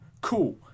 Cool